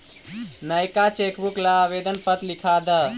नएका चेकबुक ला आवेदन पत्र लिखा द